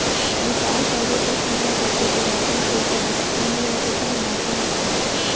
बेपार करबे त सब ल काटे के बाद जेन पइसा बचही उही ह ओखर मुनाफा होथे